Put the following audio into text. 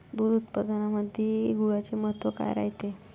दूध उत्पादनामंदी गुळाचे महत्व काय रायते?